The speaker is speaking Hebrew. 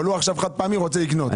הוא רוצה חד פעמית לקנות.